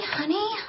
honey